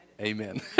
Amen